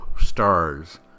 stars